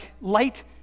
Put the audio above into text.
light